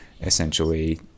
essentially